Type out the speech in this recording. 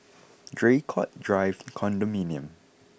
Draycott Drive Condominium